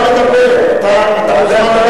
חבר הכנסת מג'אדלה, תורך.